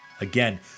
again